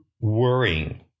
worrying